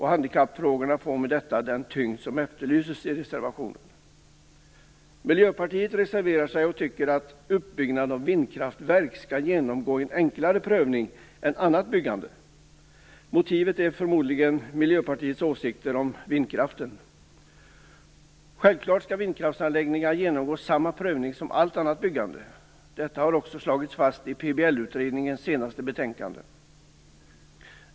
Handikappfrågorna får med detta den tyngd som efterlyses i reservationen. Miljöpartiet reserverar sig och tycker att uppbyggnad av vindkraftverk skall genomgå en enklare prövning än annat byggande. Motivet är förmodligen Självklart skall vindkraftsanläggningar genomgå samma prövning som allt annat byggande. Detta slås också fast i PBL-utredningens senaste betänkande.